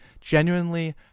genuinely